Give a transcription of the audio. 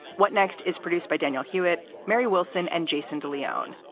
what next? is produced by daniel hewitt, mary wilson and jason de leon.